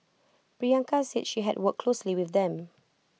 Priyanka said she had worked closely with them